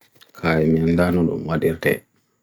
kai miandaanonon wadete